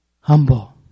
humble